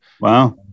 Wow